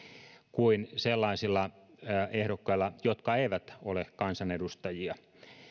kuin sellaisilla ehdokkailla jotka eivät ole kansanedustajia